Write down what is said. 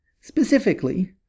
Specifically